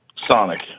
Sonic